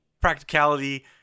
practicality